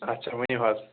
اچھا ؤنِو حظ